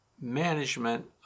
management